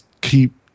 keep